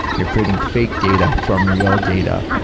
you're creating fake data from real data,